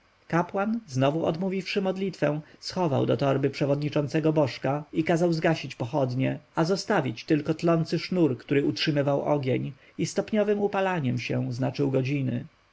kapłan znowu odmówiwszy modlitwę schował do torby przewodniczącego bożka i kazał zgasić pochodnie a zostawić tylko tlący się sznur który utrzymywał ogień i stopniowem upalaniem się znaczył godziny